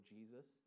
Jesus